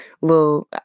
little